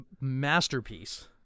masterpiece